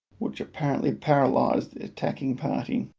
which apparently paralysed the attacking party,